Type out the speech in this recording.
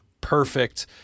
perfect